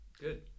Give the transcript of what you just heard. Good